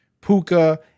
puka